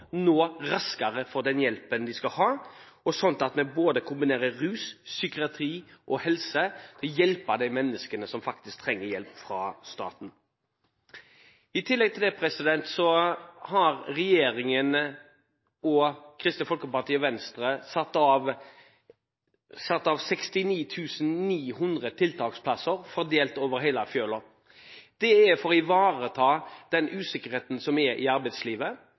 nå raskere den hjelpen de skal ha – vi kombinerer rus med psykiatri og helse for å hjelpe de menneskene som faktisk trenger hjelp fra staten. I tillegg har regjeringen, Kristelig Folkeparti og Venstre satt av 69 900 tiltaksplasser fordelt over hele fjøla. Det er for å demme opp for den usikkerheten som er i arbeidslivet.